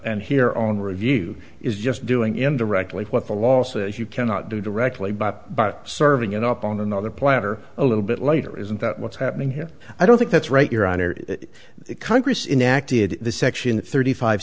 here on review is just doing indirectly what the law says you cannot do directly but by serving it up on another platter a little bit later isn't that what's happening here i don't think that's right your honor congress inactivated the section thirty five